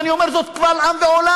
ואני אומר זאת קבל עם ועולם.